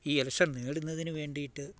ഈ എലക്ഷൻ നേടുന്നതിനു വേണ്ടിയിട്ട്